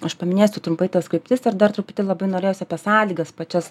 aš paminėsiu trumpai tas kryptis ir dar truputį labai norėjosi apie sąlygas pačias